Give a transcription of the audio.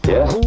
Yes